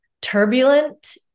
turbulent